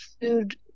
food